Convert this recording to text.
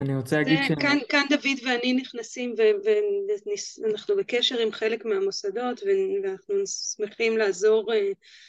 אני רוצה להגיד כאן דוד ואני נכנסים, ואנחנו בקשר עם חלק מהמוסדות, ואנחנו נשמחים לעזור.